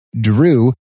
Drew